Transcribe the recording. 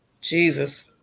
Jesus